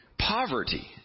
Poverty